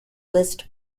list